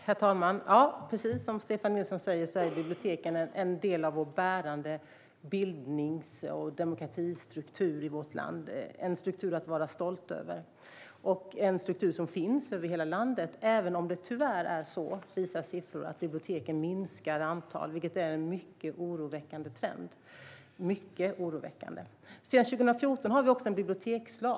Herr talman! Precis som Stefan Nilsson säger är biblioteken en del av vår bärande bildnings och demokratistruktur i vårt land. Det är en struktur att vara stolt över och som finns över hela landet även om siffror tyvärr visar att biblioteken minskar i antal, vilket är en mycket oroväckande trend. Sedan 2014 har vi också en bibliotekslag.